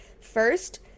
first